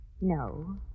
No